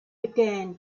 began